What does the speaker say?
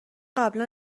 قبلا